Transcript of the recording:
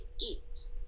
eat